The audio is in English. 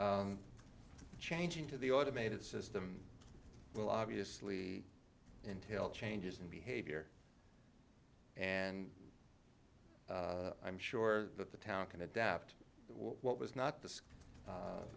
change into the automated system will obviously entail changes in behavior and i'm sure that the town can adapt what was not the